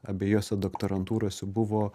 abiejose doktorantūrose buvo